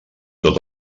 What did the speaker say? tot